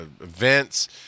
events